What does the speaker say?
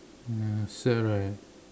ya sad right